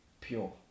pure